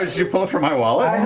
you pull it from my wallet?